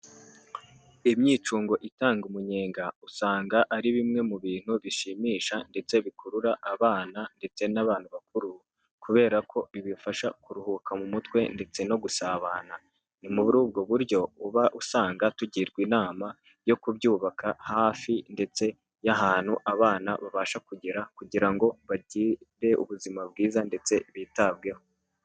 Imyicungo itanga umunyenga usanga ari bimwe mu bintu bishimisha ndetse bikurura abana ndetse n'abantu bakuru kubera ko bifasha kuruhuka mu mutwe ndetse no gusabana, ni muri ubwo buryo uba usanga tugirwa inama yo kubyubaka hafi ndetse n'ahantu abana babasha kugera kugira ngo bagire ubuzima bwiza ndetse bitabweho.